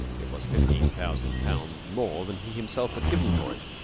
it was fifteen thousand pounds more than he himself had given for it,